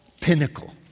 pinnacle